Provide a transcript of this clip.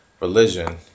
religion